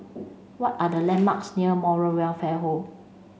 what are the landmarks near Moral Welfare Home